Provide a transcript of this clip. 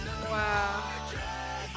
Wow